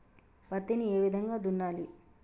పత్తిని ఏ విధంగా దున్నాలి?